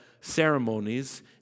ceremonies